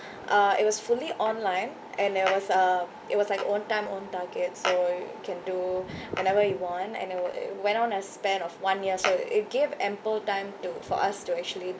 uh it was fully online and there was uh it was like own time own target so you can do whenever you want and they will it went on in a span of one year so it give ample time to for us to actually